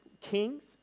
kings